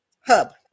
hub